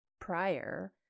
prior